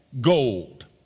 gold